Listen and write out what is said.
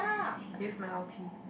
i use my ulti